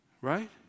Right